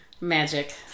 magic